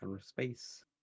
Space